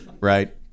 Right